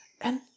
And